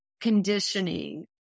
conditioning